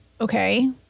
Okay